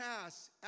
pass